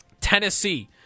Tennessee